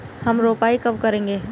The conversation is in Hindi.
हम रोपाई कब करेंगे?